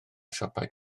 siopau